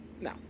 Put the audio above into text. No